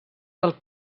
del